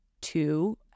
two